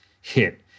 hit